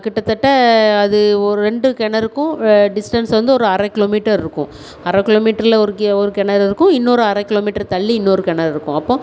கிட்டத்தட்ட அது ஒரு ரெண்டு கிணறுக்கும் டிஸ்டன்ஸ் வந்து ஒரு அரைக் கிலோ மீட்டர் இருக்கும் அரைக் கிலோ மீட்டரில் ஒரு கி ஒரு கிணறு இருக்கும் இன்னொரு அரைக் கிலோ மீட்டர் தள்ளி இன்னொரு கிணறு இருக்கும் அப்போ